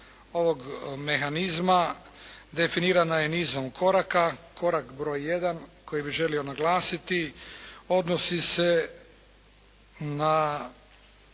ovog mehanizma definirana je nizom koraka. Korak broj jedan koji bih želio naglasiti odnosi se na